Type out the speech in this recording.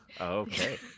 okay